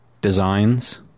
designs